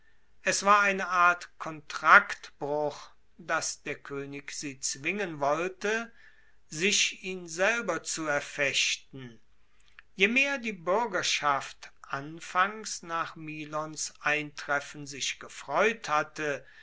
es war eine art kontraktbruch dass der koenig sie zwingen wollte sich ihn selber zu erfechten je mehr die buergerschaft anfangs nach milons eintreffen sich gefreut hatte